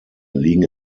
liegen